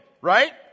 right